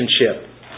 relationship